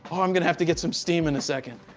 um i'm going to have to get some steam in a second.